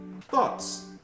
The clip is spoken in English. Thoughts